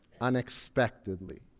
unexpectedly